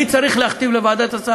אני צריך להכתיב לוועדה את הסל?